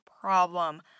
problem